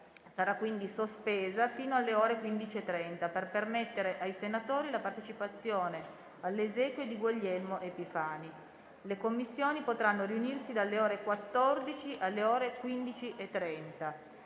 sarà quindi sospesa fino alle ore 15,30 per permettere ai senatori la partecipazione alle esequie di Guglielmo Epifani. Le Commissioni potranno riunirsi dalle ore 14 alle ore 15,30.